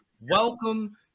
Welcome